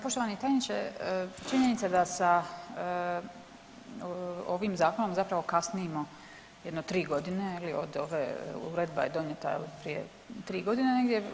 Poštovani tajniče, činjenica da sa ovim zakonom zapravo kasnimo jedno tri godine ili od ove, uredba je donijeta prije tri godine negdje.